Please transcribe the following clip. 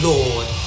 Lord